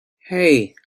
hey